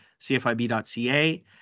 cfib.ca